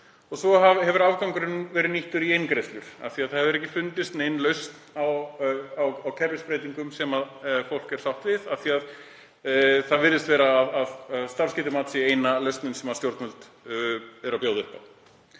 Svo hefur afgangurinn verið nýttur í beingreiðslur af því að ekki hefur fundist nein lausn á kerfisbreytingum sem fólk er sátt við af því að það virðist vera að starfsgetumat sé eina lausnin sem stjórnvöld bjóða upp á.